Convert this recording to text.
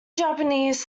japanese